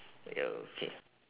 yeah okay